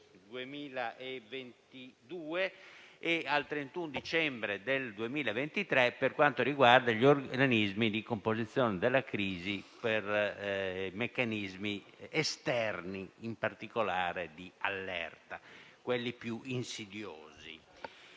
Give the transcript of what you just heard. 2022 e al 31 dicembre 2023, per quanto riguarda gli organismi di composizione della crisi per meccanismi esterni di allerta, quelli più insidiosi.